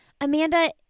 Amanda